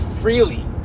freely